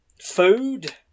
food